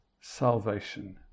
salvation